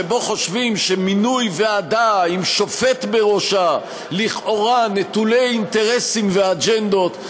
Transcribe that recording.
שבו חושבים שמינוי ועדה עם שופט בראשה לכאורה נטולת אינטרסים ואג'נדות,